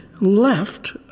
left